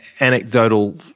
anecdotal